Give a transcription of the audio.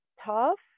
tough